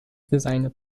designed